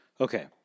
Okay